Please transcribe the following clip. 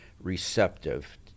receptive